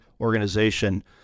organization